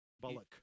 Bullock